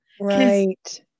right